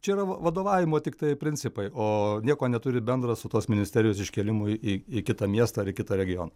čia yra vadovavimo tiktai principai ooo nieko neturi bendra su tos ministerijos iškėlimu į į kitą miestą ar į kitą regioną